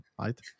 right